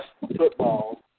football